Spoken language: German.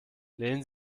lehnen